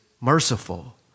merciful